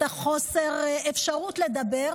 חוסר האפשרות לדבר.